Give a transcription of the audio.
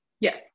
Yes